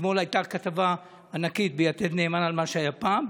אתמול הייתה כתבה ענקית ביתד נאמן על מה שהיה פעם,